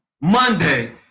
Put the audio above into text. Monday